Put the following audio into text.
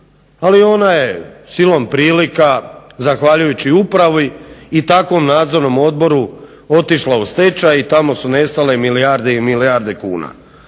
ali ona je silom prilika zahvaljujući upravi i takvom nadzornom odboru otišla u stečaj i tamo su nestale milijarde i milijarde kuna.